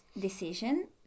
decision